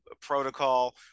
protocol